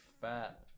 fat